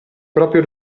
proprio